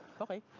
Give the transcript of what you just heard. Okay